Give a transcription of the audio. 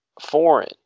foreign